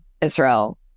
Israel